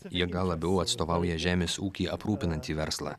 jie gal labiau atstovauja žemės ūkį aprūpinantį verslą